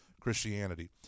christianity